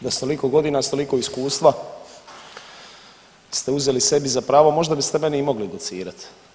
Da s toliko godina, s toliko iskustva ste uzeli sebi za pravo možda biste meni i mogli docirati.